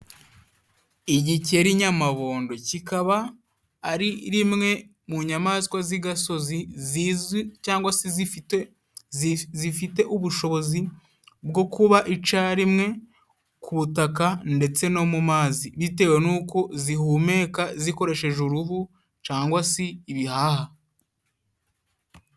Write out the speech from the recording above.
Igikeri nyamabondo kikaba ari rimwe mu nyamaswa z'igasozi zizi cangwa se zifite zifite ubushobozi bwo kuba icarimwe ku butaka ndetse no mu mazi, bitewe n'uko zihumeka zikoresheje uruhu cangwa si ibihaha.